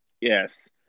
Yes